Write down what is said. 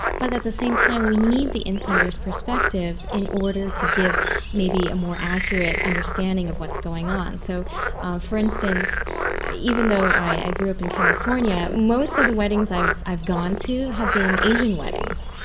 but at the same time we need the insider's perspective in order to give maybe a more accurate understanding of what's going on. so for instance even though i grew up in california, most of the weddings i've i've gone to have been asian weddings.